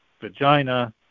vagina